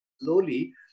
slowly